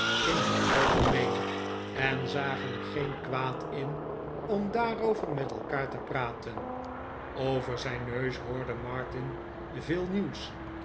in het algemeen en zagen er geen kwaad in om daarover met elkaar te praten over zijn neus hoorde martin veel nieuws